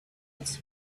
its